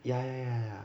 ya ya ya